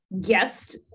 guest